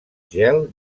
gel